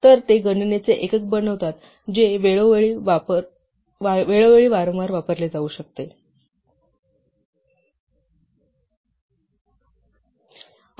तर ते गणनेचे एकक बनवतात जे वेळोवेळी वारंवार वापरले जाऊ शकतात